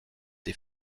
des